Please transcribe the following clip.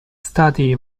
study